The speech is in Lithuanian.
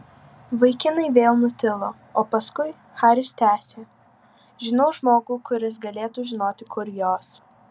vaikinai vėl nutilo o paskui haris tęsė žinau žmogų kuris galėtų žinoti kur jos